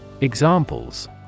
Examples